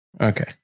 Okay